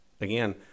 Again